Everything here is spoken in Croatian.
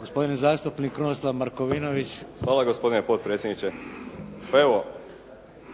Gospodin zastupnik Krunoslav Markovinović. **Markovinović, Krunoslav